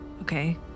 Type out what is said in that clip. Okay